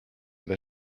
that